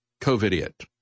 COVID-idiot